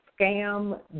scam